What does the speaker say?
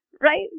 Right